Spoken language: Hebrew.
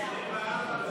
אנחנו ממשיכים הלאה.